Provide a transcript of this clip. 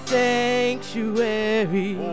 sanctuary